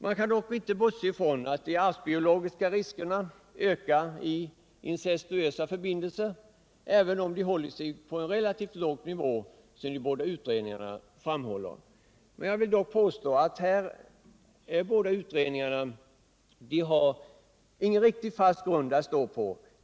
Man kan dock inte bortse från att de arvsbiologiska riskerna ökar i incestuösa förbindelser, även om de håller sig på en relativt låg nivå, som de båda utredningarna framhåller. Jag vill påstå att de båda utredningarna inte har någon riktigt fast grund att stå på.